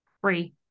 Free